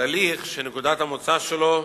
תהליך שנקודת המוצא שלו: